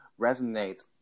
resonates